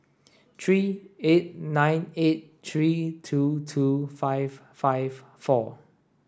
three eight nine eight three two two five five four